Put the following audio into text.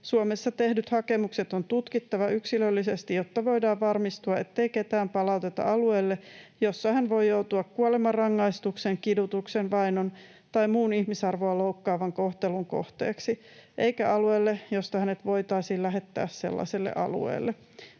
Suomessa tehdyt hakemukset on tutkittava yksilöllisesti, jotta voidaan varmistua, ettei ketään palauteta alueelle, jossa hän voi joutua kuolemanrangaistuksen, kidutuksen, vainon tai muun ihmisarvoa loukkaavan kohtelun kohteeksi, eikä alueelle, josta hänet voitaisiin lähettää sellaiselle alueelle.